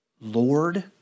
Lord